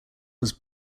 was